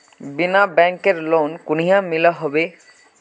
बिना बैंकेर लोन कुनियाँ मिलोहो होबे?